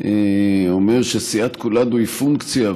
אומר שסיעת כולנו היא פונקציה,